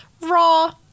raw